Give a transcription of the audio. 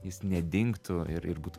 jis nedingtų ir ir būtų